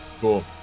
cool